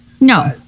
No